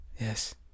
Yes